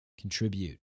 contribute